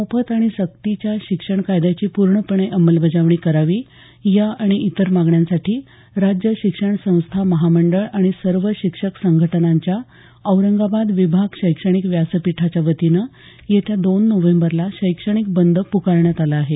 मोफत आणि सक्तीच्या शिक्षण कायद्याची पूर्णपणे अंमलबजावणी करावी या आणि इतर मागण्यांसाठी राज्य शिक्षण संस्था महामंडळ आणि सर्व शिक्षक संघटनांच्या औरंगाबाद विभाग शैक्षणिक व्यासपीठाच्या वतीनं येत्या दोन नोव्हेंबरला शैक्षणिक बंद पुकारण्यात आला आहे